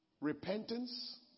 repentance